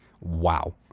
Wow